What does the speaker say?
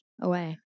away